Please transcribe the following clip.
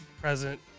present